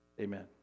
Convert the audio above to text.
Amen